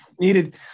needed